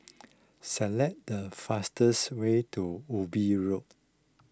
select the fastest way to Ubi Road